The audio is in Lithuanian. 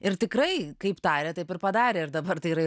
ir tikrai kaip tarė taip ir padarė ir dabar tai yra